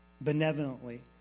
benevolently